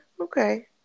Okay